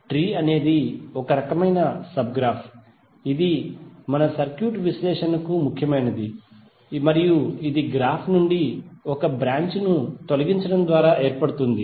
tree అనేది ఒక రకమైన సబ్ గ్రాఫ్ ఇది మా సర్క్యూట్ విశ్లేషణకు ముఖ్యమైనది మరియు ఇది గ్రాఫ్ నుండి ఒక బ్రాంచ్ ను తొలగించడం ద్వారా ఏర్పడుతుంది